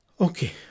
Okay